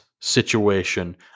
situation